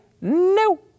no